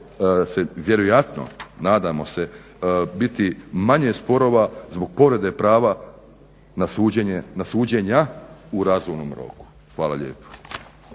se vjerojatno nadamo se biti manje sporova zbog povrede prava na suđenja u razumnom roku. Hvala lijepa.